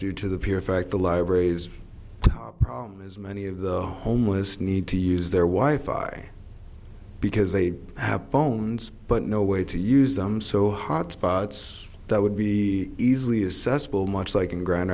you to the peer fact the libraries as many of the homeless need to use their wife by because they have phones but no way to use them so hotspots that would be easily assessable much like in grand